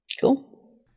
cool